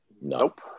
Nope